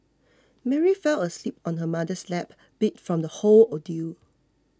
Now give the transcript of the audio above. Mary fell asleep on her mother's lap beat from the whole ordeal